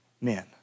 men